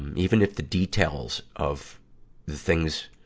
and even if the details of things,